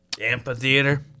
amphitheater